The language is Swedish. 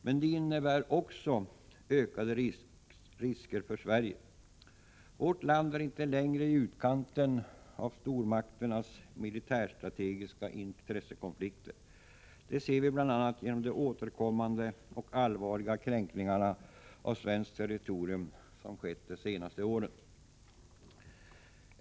Men det innebär också ökade risker för Sverige. Vårt land är inte längre i utkanten av stormakternas militärstrategiska intressekonflikter. Det ser vi bl.a. genom de återkommande och allvarliga kränkningarna av svenskt territorium som skett de senaste åren.